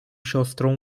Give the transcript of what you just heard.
siostrą